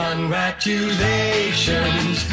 Congratulations